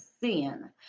sin